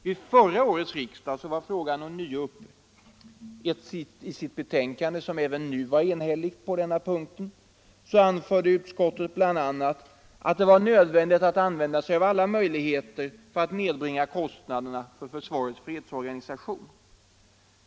Vid förra årets riksdag var frågan ånyo uppe. I sitt betänkande - som även nu var enhälligt på denna punkt — anförde utskottet bl.a. att det var nödvändigt att använda sig av alla möjligheter att nedbringa kostnaderna för försvarets fredsorganisation.